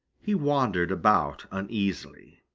he wandered about uneasily.